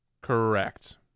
Correct